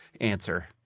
Answer